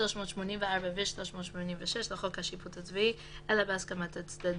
384 ו-386 לחוק השיפוט הצבאי, אלא בהסכמת הצדדים.